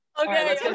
okay